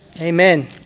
Amen